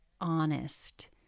honest